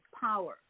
power